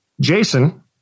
Jason